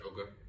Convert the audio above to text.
Okay